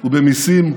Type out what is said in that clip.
הוא במיסים,